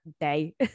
day